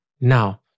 Now